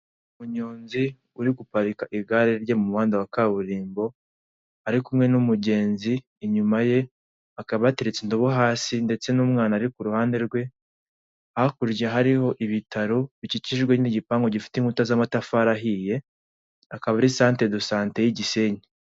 Umunyonzi uri guparika igare rye mu muhanda wa kaburimbo ari kumwe n'umugenzi, inyuma ye hakaba hateretse indobo hasi ndetse n'umwana ari ku ruhande rwe, hakurya hariho ibitaro bikikijwe n'igipangu gifite inkuta z'amatafari ahiye akaba ari santere do sante y'igisenyi.